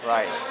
Right